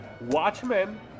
Watchmen